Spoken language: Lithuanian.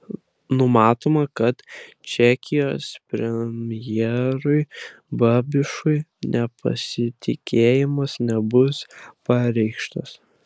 numatoma kad čekijos premjerui babišui nepasitikėjimas nebus pareikštas